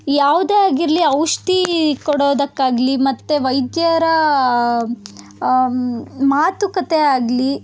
ಯಾವುದೇ ಆಗಿರಲಿ ಔಷಧಿ ಕೊಡೋದಕ್ಕಾಗಲಿ ಮತ್ತು ವೈದ್ಯರ ಮಾತುಕತೆ ಆಗಲಿ